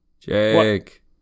Jake